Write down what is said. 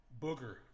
Booger